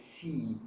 see